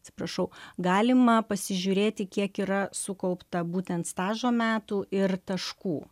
atsiprašau galima pasižiūrėti kiek yra sukaupta būtent stažo metų ir taškų